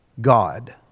God